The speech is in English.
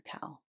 cow